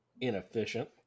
inefficient